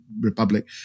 Republic